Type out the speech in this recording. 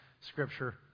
scripture